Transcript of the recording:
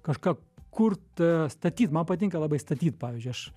kažką kurt a statyt man patinka labai statyt pavyzdžiui aš